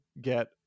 get